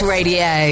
Radio